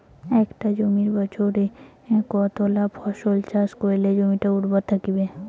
একটা জমিত বছরে কতলা ফসল চাষ করিলে জমিটা উর্বর থাকিবে?